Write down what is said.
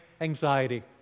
anxiety